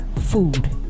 food